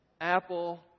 Apple